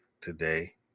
today